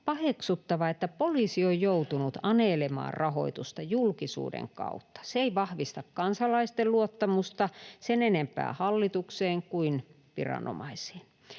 paheksuttavaa, että poliisi on joutunut anelemaan rahoitusta julkisuuden kautta. Se ei vahvista kansalaisten luottamusta sen enempää hallitukseen kuin viranomaisiin.